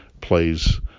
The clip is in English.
plays